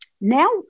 Now